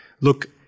look